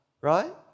right